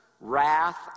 wrath